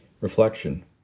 Reflection